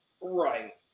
Right